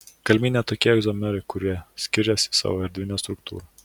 galimi net tokie izomerai kurie skiriasi savo erdvine struktūra